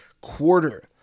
quarter